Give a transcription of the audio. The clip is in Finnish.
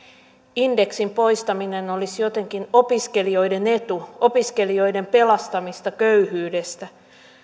indeksin poistaminen olisi jotenkin opiskelijoiden etu opiskelijoiden pelastamista köyhyydestä